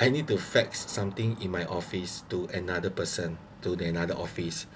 I need to fax something in my office to another person to the another office